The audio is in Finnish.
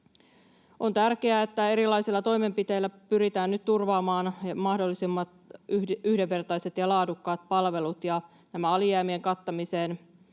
On tärkeää, että erilaisilla toimenpiteillä pyritään nyt turvaamaan mahdollisimman yhdenvertaiset ja laadukkaat palvelut. Ja näiden alijäämien kattamiseen